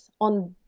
on